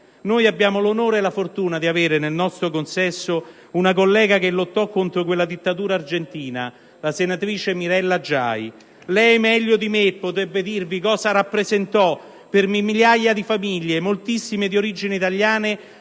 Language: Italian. Noi abbiamo l'onore e la fortuna di avere nel nostro consesso una collega che lottò contro quella dittatura argentina, la senatrice Mirella Giai *(Applausi della senatrice Negri)*. Lei, meglio di me, potrebbe dirvi cosa rappresentò per migliaia di famiglie, moltissime di origine italiana,